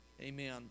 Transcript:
amen